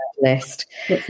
list